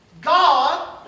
God